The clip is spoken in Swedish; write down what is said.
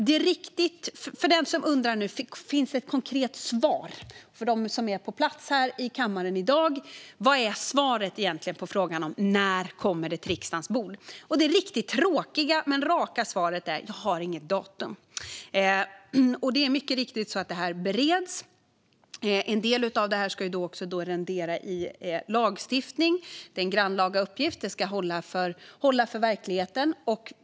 Det finns de som undrar: Finns det ett konkret svar? Vad är svaret för dem som finns på plats här i kammaren i dag på frågan: När kommer ett förslag på riksdagens bord? Det riktigt tråkiga men raka svaret är: Jag har inget datum. Det är mycket riktigt så att det här bereds. En del av detta ska också rendera i lagstiftning. Det är en grannlaga uppgift. Det ska hålla för verkligheten.